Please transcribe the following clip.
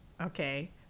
okay